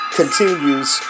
continues